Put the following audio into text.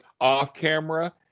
Off-camera